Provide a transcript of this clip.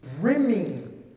brimming